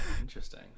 interesting